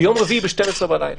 ביום רביעי ב-12 בלילה.